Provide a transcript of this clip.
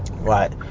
Right